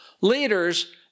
Leaders